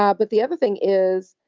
ah but the other thing is,